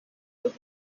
وقت